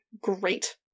great